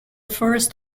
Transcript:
first